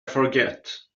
forget